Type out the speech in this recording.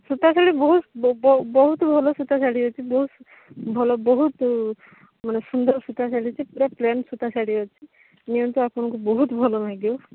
ସୂତାଶାଢ଼ୀ ବହୁତ ବହୁତ ଭଲ ସୂତାଶାଢ଼ୀ ଅଛି ବହୁତ ଭଲ ବହୁତ ମାନେ ସୁନ୍ଦର ସୂତାଶାଢ଼ୀ ଅଛି ପୂରା ପ୍ଲେନ୍ ସୂତାଶାଢ଼ୀ ଅଛି ନିଅନ୍ତୁ ଆପଣଙ୍କୁ ବହୁତ ଭଲ ଲାଗିବ